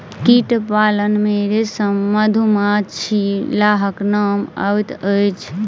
कीट पालन मे रेशम, मधुमाछी, लाहक नाम अबैत अछि